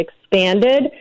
expanded